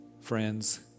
friends